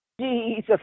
Jesus